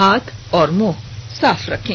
हाथ और मुंह साफ रखें